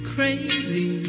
Crazy